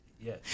Yes